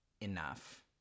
enough